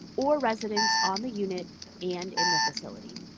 or residents on the unit and in the facility.